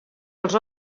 els